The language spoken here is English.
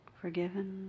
forgiven